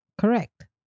Correct